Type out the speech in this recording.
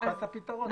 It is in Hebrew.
נתת את הפתרון.